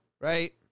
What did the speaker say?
right